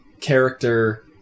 character